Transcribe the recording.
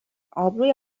آبروی